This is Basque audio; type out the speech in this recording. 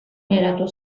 geratu